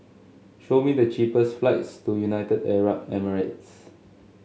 show me the cheapest flights to United Arab Emirates